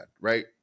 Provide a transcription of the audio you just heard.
right